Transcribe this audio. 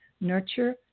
nurture